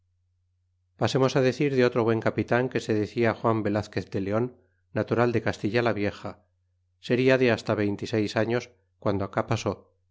pasemos á de oir de otro buen capitan que se decia juan velazquez de leon natural de castilla la vieja seria de hasta veinte y seis años guando acá pasó